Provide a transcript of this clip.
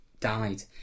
died